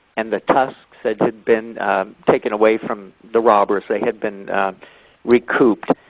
and the tusks that had been taken away from the robbers. they had been recouped,